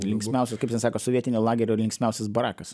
linksmiausias kaip ten sako sovietinio lagerio linksmiausias barakas